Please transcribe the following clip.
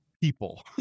people